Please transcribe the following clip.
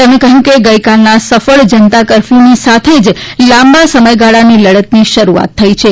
તેમણે કહ્યું કે ગઈકાલના સફળ જનતા કરફથુની સાથે જ લાંબા સમયગાળાની લડતની શરૂઆત થઈ છે